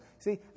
See